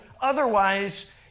otherwise